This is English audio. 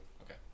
okay